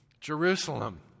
Jerusalem